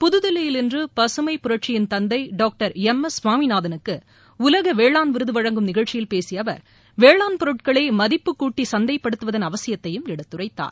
புதுதில்லியில் இன்று பசுமை புரட்சியின் தந்தை டாக்டர் எம் எஸ் சுவாமிநாதனுக்கு உலக வேளாண் விருது வழங்கும் நிகழ்ச்சியில் பேசிய அவர் வேளாண் பொருட்களை மதிப்பு கூட்டி சந்தைப்படுத்துவதன் அவசியத்தையும் எடுத்துரைத்தார்